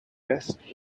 best